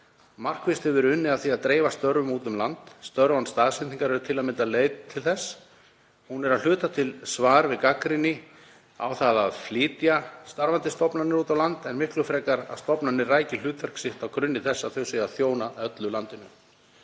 Markvisst hefur verið unnið að því að dreifa störfum út um land. Störf án staðsetningar eru til að mynda leið til þess. Það er að hluta til svar við gagnrýni á það að flytja starfandi stofnanir út á land en miklu frekar að stofnanir ræki hlutverk sitt á grunni þess að þær séu að þjóna öllu landinu.